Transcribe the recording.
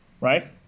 right